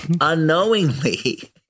unknowingly